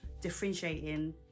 differentiating